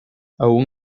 aun